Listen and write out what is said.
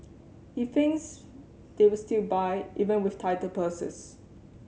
he thinks they will still buy even with tighter purses